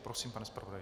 Prosím, pane zpravodaji.